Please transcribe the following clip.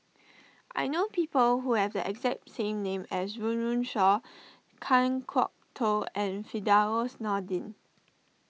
I know people who have the exact same name as Run Run Shaw Kan Kwok Toh and Firdaus Nordin